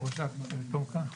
רח"ט תומכ"א.